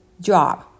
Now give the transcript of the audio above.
job